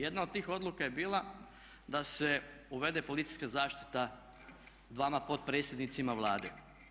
Jedna od tih odluka je bila da se uvede policijska zaštita dvama potpredsjednicima Vlade.